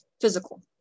physical